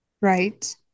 Right